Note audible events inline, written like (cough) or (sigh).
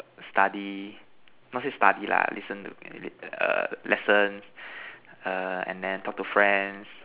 study not say study lah listen to (noise) err lessons err and then talk to friends